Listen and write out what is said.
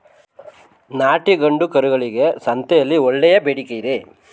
ನಾಟಿ ಗಂಡು ಕರುಗಳಿಗೆ ಸಂತೆಯಲ್ಲಿ ಒಳ್ಳೆಯ ಬೇಡಿಕೆಯಿದೆ